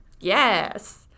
Yes